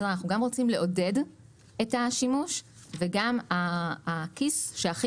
אנחנו גם רוצים לעודד את השימוש וגם הכיס שהכי